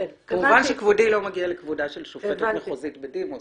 כמובן שכבודי לא מגיע לכבודה של שופטת מחוזית בדימוס